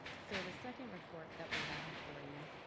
so the second report that we have for you